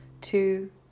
two